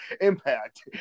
Impact